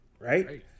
right